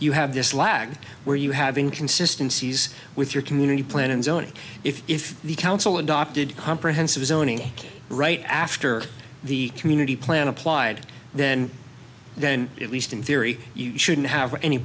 you have this lag where you have been consistencies with your community plan and zoning if the council adopted comprehensive zoning right after the community plan applied then then at least in theory you shouldn't have any